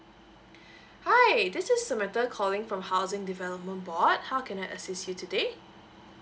hi this is samantha calling from housing development board how can assist you today